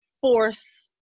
force